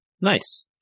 Nice